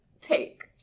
take